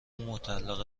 مطلقه